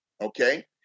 okay